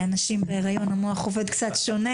אצל נשים בהיריון המוח עובד קצת שונה